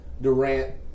Durant